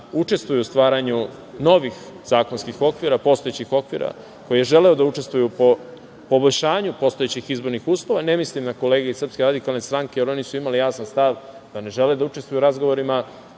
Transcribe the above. učestvuje u stvaranju novih zakonskih okvira, postojećih zakonskih okvira, koji je želeo da učestvuje u poboljšanju postojećih izbornih uslova, ne mislim na kolege iz SRS, jer oni su imali jasan stav da ne žele da učestvuju u razgovorima,